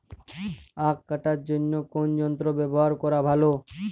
আঁখ কাটার জন্য কোন যন্ত্র ব্যাবহার করা ভালো?